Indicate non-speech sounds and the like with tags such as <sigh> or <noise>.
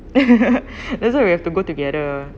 <laughs> that's why we have to go together